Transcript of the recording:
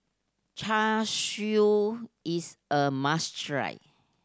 Char Siu is a must try